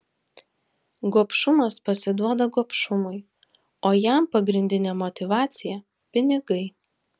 gobšumas pasiduoda gobšumui o jam pagrindinė motyvacija pinigai